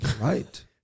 Right